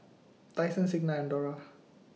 Tyson Signa and Dora